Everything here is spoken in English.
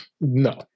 No